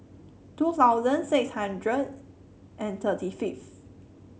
two thousand six hundred and thirty fifth